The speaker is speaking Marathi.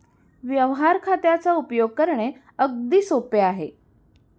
व्यवहार खात्याचा उपयोग करणे अगदी सोपे आहे